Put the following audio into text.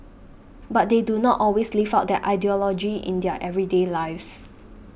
but they do not always live out that ideology in their everyday lives